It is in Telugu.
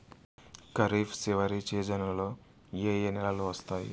ఖరీఫ్ చివరి సీజన్లలో ఏ ఏ నెలలు వస్తాయి